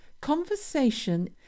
conversation